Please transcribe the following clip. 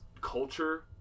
culture